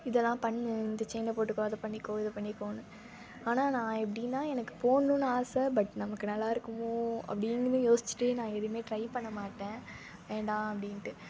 இதெல்லாம் பண்ணு இந்த செயினை போட்டுக்கோ அதை பண்ணிக்கோ இதை பண்ணிக்கோணு ஆனால் நான் எப்படின்னா எனக்கு போடணும்னு ஆசை பட் நமக்கு நல்லா இருக்குமோ அப்படினு யோசிச்சுட்டே நான் எதுவுமே ட்ரை பண்ண மாட்டேன் வேண்டாம் அப்படின்ட்டு